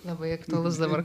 labai aktualus dabar